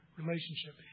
relationship